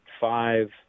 five